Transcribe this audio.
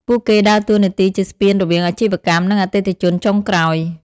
ពួកគេដើរតួនាទីជាស្ពានរវាងអាជីវកម្ម និងអតិថិជនចុងក្រោយ។